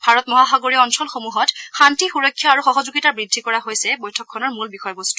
ভাৰত মহাসাগৰীয় অঞ্চলসমূহত শান্তি সূৰক্ষা আৰু সহযোগিতা বৃদ্ধি কৰা হৈছে বৈঠকখনৰ মূল বিষয় বস্তু